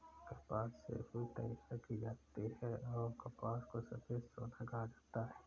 कपास से रुई तैयार की जाती हैंऔर कपास को सफेद सोना कहा जाता हैं